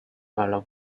alarm